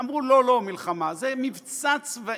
אמרו: לא מלחמה, זה מבצע צבאי,